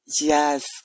yes